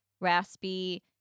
raspy